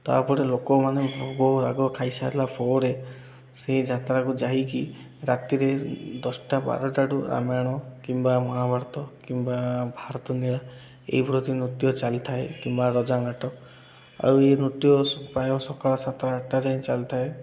ତା'ପରେ ଲୋକମାନେ ଭୋଗ ରାଗ ଖାଇସାରିଲା ପରେ ସେଇ ଯାତ୍ରାକୁ ଯାଇକି ରାତିରେ ଦଶଟା ବାରଟାଠୁ ରାମାୟଣ କିମ୍ବା ମହାଭାରତ କିମ୍ବା ଭାରତ ଲୀଳା ଏହି ପ୍ରତି ନୃତ୍ୟ ଚାଲି ଥାଏ କିମ୍ବା ରଜାନାଟ ଆଉ ଏ ନୃତ୍ୟ ପ୍ରାୟ ସକାଳ ସାତଟା ଆଠଟା ଯାଇଁ ଚାଲିଥାଏ